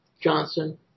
Johnson